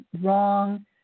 wrong